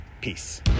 Peace